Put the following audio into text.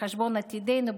על חשבון עתידנו,